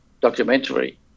documentary